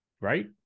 right